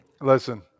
Listen